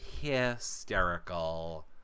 hysterical